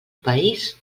país